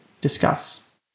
discuss